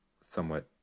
somewhat